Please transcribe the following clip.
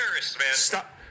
Stop